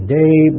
day